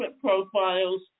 profiles